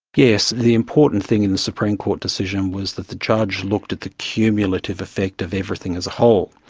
yes, the important thing in the supreme court decision was that the judge looked at the cumulative effect of everything as a whole,